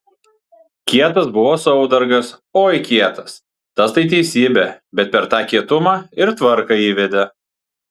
kietas buvo saudargas oi kietas tas tai teisybė bet per tą kietumą ir tvarką įvedė